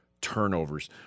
turnovers